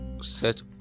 set